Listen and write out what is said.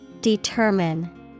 Determine